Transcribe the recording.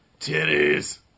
Titties